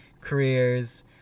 careers